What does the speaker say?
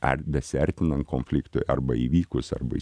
ar besiartinant konfliktui arba įvykus arba